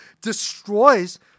destroys